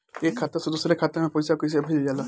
एक खाता से दुसरे खाता मे पैसा कैसे भेजल जाला?